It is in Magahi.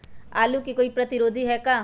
आलू के कोई प्रतिरोधी है का?